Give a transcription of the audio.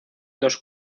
dos